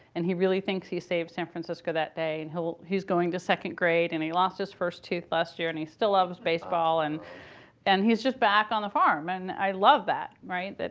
and he really thinks he saved san francisco that day. and he's he's going to second grade, and he lost his first tooth last year, and he still loves baseball. and and he's just back on the farm. and i love that, right?